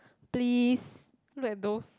please look at those